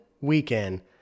weekend